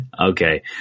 okay